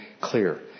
clear